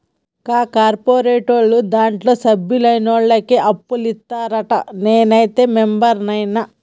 కా కార్పోరేటోళ్లు దాంట్ల సభ్యులైనోళ్లకే అప్పులిత్తరంట, నేనైతే మెంబరైన